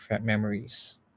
memories